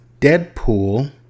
Deadpool